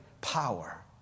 power